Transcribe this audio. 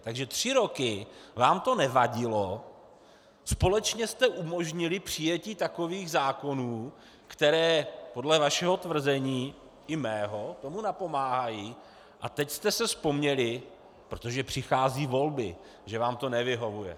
Takže tři roky vám to nevadilo, společně jste umožnili přijetí takových zákonů, které podle vašeho tvrzení i mého tomu napomáhají, a teď jste si vzpomněli, protože přicházejí volby, že vám to nevyhovuje.